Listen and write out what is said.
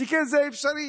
שכן, זה אפשרי.